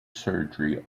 surgery